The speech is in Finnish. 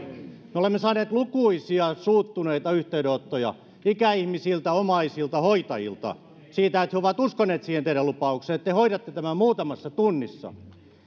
me olemme saaneet lukuisia suuttuneita yhteydenottoja ikäihmisiltä omaisilta hoitajilta siitä että he ovat uskoneet siihen teidän lupaukseenne että te hoidatte tämän muutamassa tunnissa